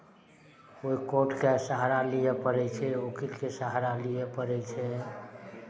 ओहि कोर्टके सहारा लिअ पड़ै छै ओकीलके सहारा लिअ पड़ै छै